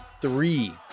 three